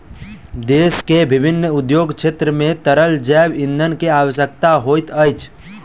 देश के विभिन्न उद्योग क्षेत्र मे तरल जैव ईंधन के आवश्यकता होइत अछि